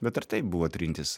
bet ir tai buvo trintys